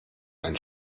ein